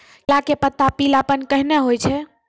केला के पत्ता पीलापन कहना हो छै?